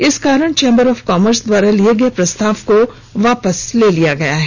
इस कारण chamber of commerce द्वारा लिए गए प्रस्ताव को वापस ले लिया गया है